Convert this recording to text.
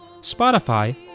Spotify